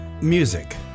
Music